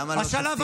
למה לא שופטים?